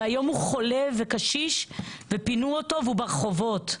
והיום הוא חולה וקשיש ופינו אותו והוא ברחובות.